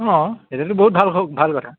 অঁ এতিয়াতো বহুত ভাল ভাল কথা